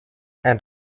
and